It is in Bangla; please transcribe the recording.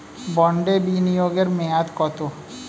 বন্ডে বিনিয়োগ এর মেয়াদ কত?